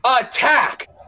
Attack